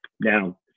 Now